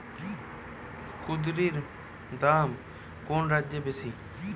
কুঁদরীর দাম কোন রাজ্যে বেশি?